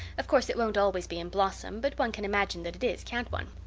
of course, it won't always be in blossom, but one can imagine that it is, can't one?